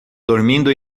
dormindo